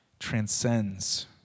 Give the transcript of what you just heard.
transcends